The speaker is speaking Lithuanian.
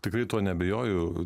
tikrai tuo neabejoju